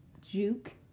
Juke